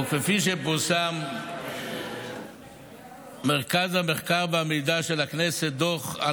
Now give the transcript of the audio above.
כפי שפרסם מרכז המחקר והמידע של הכנסת בדוח על